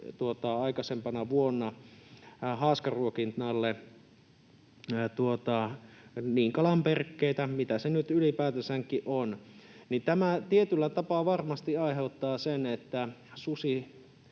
aikaisempana vuonna haaskaruokinnalle kalanperkeitä, mitä se nyt ylipäätänsäkin on. Tämä tietyllä tapaa varmasti aiheuttaa sen, että susi